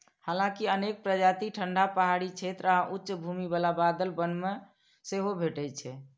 हालांकि अनेक प्रजाति ठंढा पहाड़ी क्षेत्र आ उच्च भूमि बला बादल वन मे सेहो भेटै छै